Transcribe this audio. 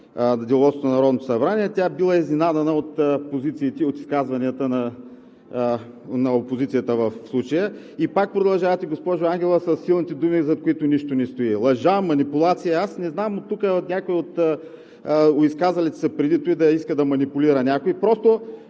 от позициите и от изказванията на опозицията в случая. И пак продължавате, госпожо Ангелова, със силните думи, зад които нищо не стои: лъжа, манипулация! Аз не знам тук някой от изказалите се преди това да иска да манипулира някой!